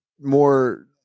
more